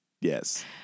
Yes